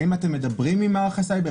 האם אתם מדברים עם מערך הסייבר?